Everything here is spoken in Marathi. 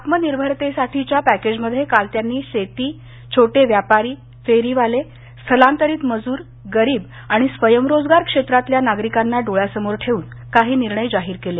आत्मनिर्भरतेसाठीच्या पॅकेजमध्ये काल त्यांनी शेती छोटे व्यापारी फेरीवाले स्थलांतरित मजूर गरीब आणि स्वयंरोजगार क्षेत्रातल्या नागरिकांना डोळयासमोर ठेऊन काही निर्णय जाहीर केले